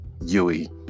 Yui